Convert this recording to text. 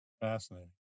fascinating